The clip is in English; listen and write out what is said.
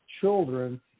children